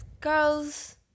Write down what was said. girls